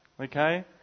okay